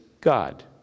God